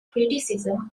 criticism